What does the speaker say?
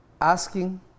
asking